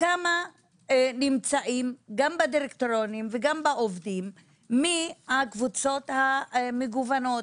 כמה נמצאים גם בדירקטוריונים וגם בעובדים מהקבוצות המגוונות?